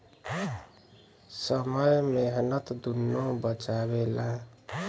समय मेहनत दुन्नो बचावेला